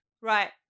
Right